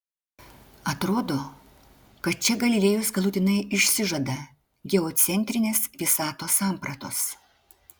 atrodo kad čia galilėjus galutinai išsižada geocentrinės visatos sampratos